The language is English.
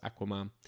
Aquaman